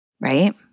right